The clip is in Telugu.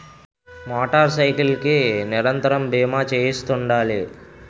మోటార్ సైకిల్ కి నిరంతరము బీమా చేయిస్తుండాలి